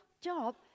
job